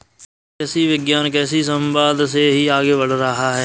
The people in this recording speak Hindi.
कृषि विज्ञान कृषि समवाद से ही आगे बढ़ रहा है